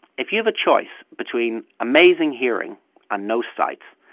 if you've a choice between amazing hearing and no sight,